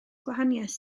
gwahaniaeth